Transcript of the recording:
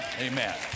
Amen